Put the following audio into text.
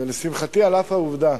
ולשמחתי על אף העובדה